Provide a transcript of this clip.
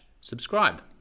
subscribe